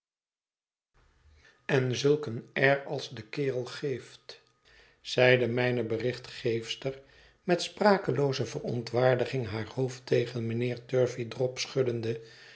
en zulk een air als de kerel zich geeft zeide mijne berichtgeefster met sprakelooze verontwaardiging haar hoofd tegen mijnheer turveydrop schuddende